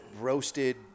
roasted